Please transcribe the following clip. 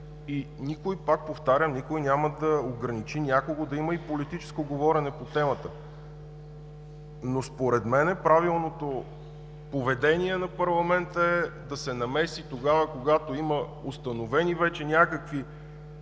И никой, пак повтарям, никой няма да ограничи някого да има и политическо говорене по темата. Но според мен правилното поведение на парламента е да се намеси тогава, когато има установени вече някакви